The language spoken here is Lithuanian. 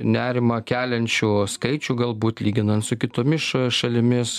nerimą keliančių skaičių galbūt lyginant su kitomis š šalimis